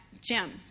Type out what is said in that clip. Jim